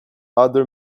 other